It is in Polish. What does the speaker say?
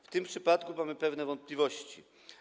W tym przypadku mamy pewne wątpliwości.